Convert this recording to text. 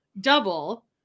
double